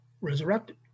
resurrected